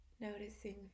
noticing